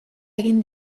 egin